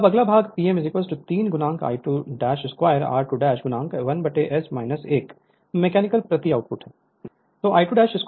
Refer Slide Time 1026 अब अगला भाग Pm 3 I22r2 1S 1 मैकेनिकल प्रति आउटपुट है